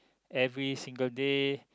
every single day